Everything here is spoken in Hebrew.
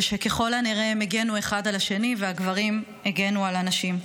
ושככל הנראה הם הגנו אחד על השני והגברים הגנו על הנשים.